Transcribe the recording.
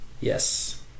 yes